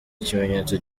ikimenyetso